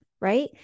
right